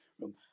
room